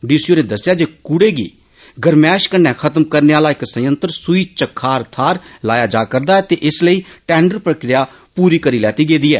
D सी होरें दस्सेआ जे कूडे गी गरमैश कन्नै खत्म करने आला इक संयंत्र सूई चक्खार थाहर लाया जारदा ऐ ते इस लेई टैन्डर प्रक्रिया पूरी करी लैती गेई ऐ